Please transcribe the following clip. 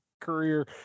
career